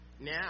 Now